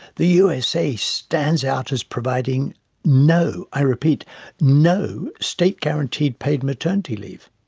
the usa stands out as providing no i repeat no state-guaranteed paid maternity leave.